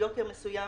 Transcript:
יוקר מסוים